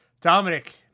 Dominic